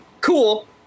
cool